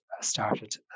started